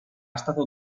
stato